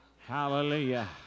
hallelujah